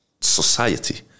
society